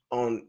on